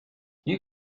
you